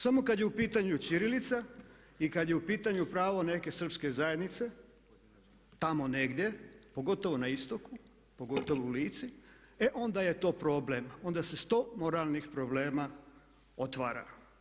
Samo kad je u pitanju ćirilica i kad je u pitanju pravo neke srpske zajednice tamo negdje pogotovo na istoku, pogotovo u Lici e onda je to problem, onda se sto moralnih problema otvara.